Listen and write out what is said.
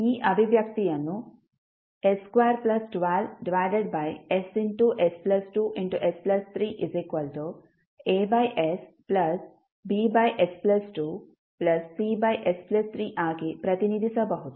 ಆದ್ದರಿಂದ ಈ ಅಭಿವ್ಯಕ್ತಿಯನ್ನು s212ss2S3AsBs2Cs3 ಆಗಿ ಪ್ರತಿನಿಧಿಸಬಹುದು